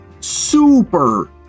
super